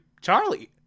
Charlie